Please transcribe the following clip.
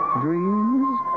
dreams